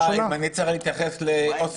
על מה?